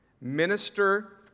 minister